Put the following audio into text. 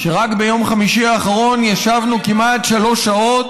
רק ביום חמישי האחרון ישבנו כמעט שלוש שעות